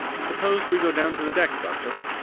suppose we go down to the deck, doctor?